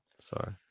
Sorry